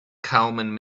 common